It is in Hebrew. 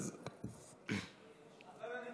אז אני בהחלט אמליץ